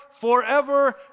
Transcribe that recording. forever